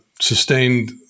sustained